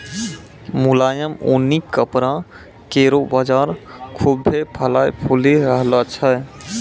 मुलायम ऊनी कपड़ा केरो बाजार खुभ्भे फलय फूली रहलो छै